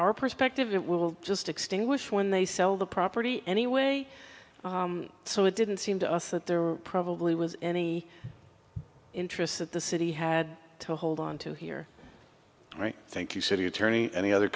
our perspective it will just extinguish when they sell the property anyway so it didn't seem to us that there probably was any interests that the city had to hold on to here right thank you city attorney and the